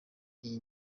iyi